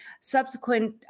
subsequent